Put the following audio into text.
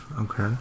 okay